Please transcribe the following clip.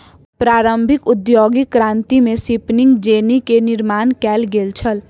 प्रारंभिक औद्योगिक क्रांति में स्पिनिंग जेनी के निर्माण कयल गेल छल